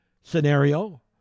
scenario